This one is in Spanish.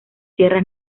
sierras